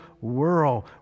world